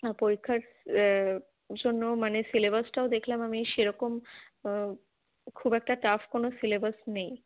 আর পরীক্ষার জন্য মানে সিলেবাসটাও দেখলাম আমি সেরকম খুব একটা টাফ কোনো সিলেবাস নেই